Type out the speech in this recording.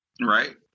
Right